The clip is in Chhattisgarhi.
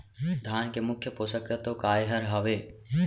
धान के मुख्य पोसक तत्व काय हर हावे?